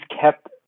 kept